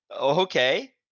Okay